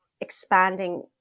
expanding